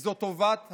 זה טובת הילד.